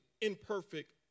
imperfect